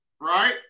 right